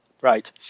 Right